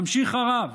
ממשיך הרב: